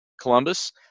Columbus